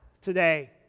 today